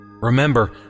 Remember